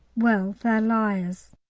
well, they're liars.